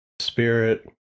spirit